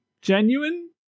genuine